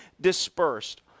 dispersed